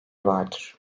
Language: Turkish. vardır